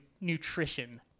nutrition